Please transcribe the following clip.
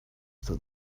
that